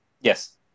Yes